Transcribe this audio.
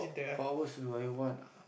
for hours like what